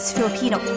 Filipino